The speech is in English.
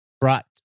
brought